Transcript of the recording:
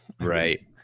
Right